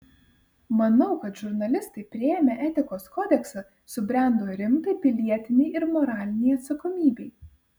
manau kad žurnalistai priėmę etikos kodeksą subrendo rimtai pilietinei ir moralinei atsakomybei